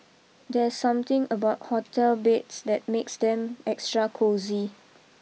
there are something about hotel beds that makes them extra cosy